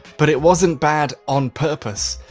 but it wasn't bad on purpose.